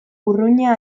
urruña